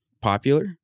popular